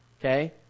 Okay